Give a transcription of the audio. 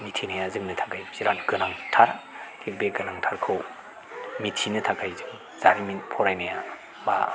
मिथिनाया जोंनो थाखाय बिराद गोनांथार थिग बे गोनांथारखौ मिथिनो थाखाय जारिमिन फरायनाया एबा